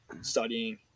studying